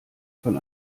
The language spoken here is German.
von